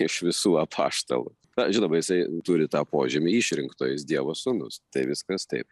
iš visų apaštalų na žinoma jisai turi tą požymį išrinktojo jis dievo sūnus tai viskas taip